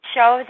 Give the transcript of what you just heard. Show